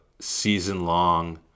season-long